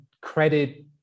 credit